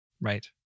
Right